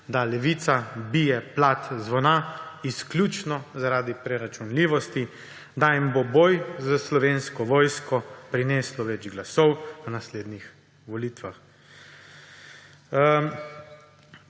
da Levica bije plat zvona izključno zaradi preračunljivosti, da jim bo boj za Slovensko vojsko prinesel več glasov na naslednjih volitvah.